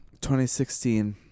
2016